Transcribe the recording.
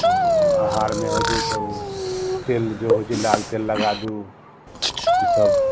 आहारमे होइ छै तऽ ओ तेल जे होइ छै लाल तेल लगा दू ईसब